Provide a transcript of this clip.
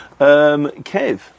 Kev